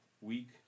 week